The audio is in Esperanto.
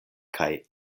kaj